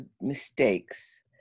mistakes